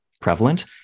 prevalent